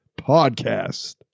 podcast